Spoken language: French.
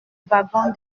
wagon